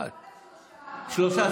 שלושה.